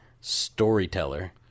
storyteller